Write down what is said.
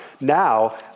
Now